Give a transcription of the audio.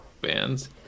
bands